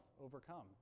overcome